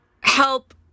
help